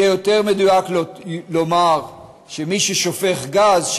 יהיה יותר מדויק לומר שמי ששופך גז,